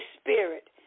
Spirit